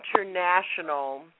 international